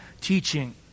teaching